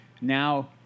Now